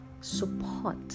support